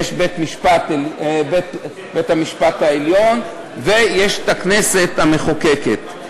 יש בית-המשפט העליון ויש את הכנסת המחוקקת.